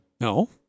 No